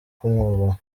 kumwubaha